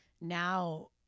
now